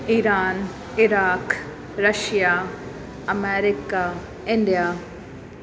Iran Iraq Russia America India